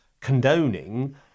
condoning